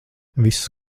viss